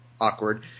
awkward